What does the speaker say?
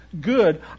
good